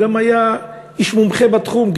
הוא גם איש מתמחה בתחום,